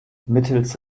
mittels